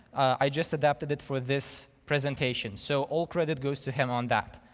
i just adapted it for this presentation. so all credit goes to him on that.